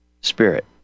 spirit